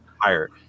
higher